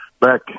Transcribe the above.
Back